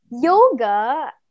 Yoga